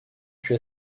fut